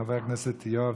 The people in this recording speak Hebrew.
חבר הכנסת יואב